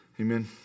amen